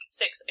six